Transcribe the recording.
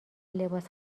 لباس